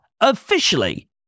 officially